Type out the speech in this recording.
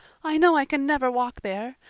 i know i can never walk there.